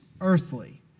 earthly